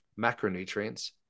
macronutrients